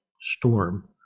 storm